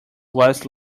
was